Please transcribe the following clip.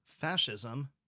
Fascism